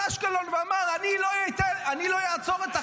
אשקלון ואמר: אני לא אעצור את צה"ל,